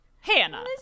Hannah